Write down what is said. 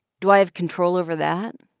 do i have control over that?